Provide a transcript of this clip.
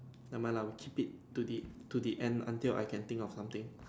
never mind lah we keep it to the to the end until I can think of something